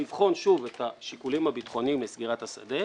לבחון שוב את השיקולים הביטחוניים לסגירת השדה.